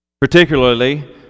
particularly